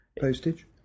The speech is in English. postage